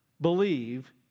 believe